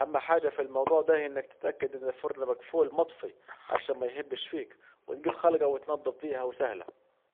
أهم حاجة في الموضوع ده انك تتاكد ان الفرن مجفول مطفي عشان ميهبش فيك وتجيب خلجة تنضف بيها وسهلة